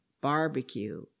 barbecue